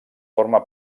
forma